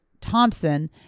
Thompson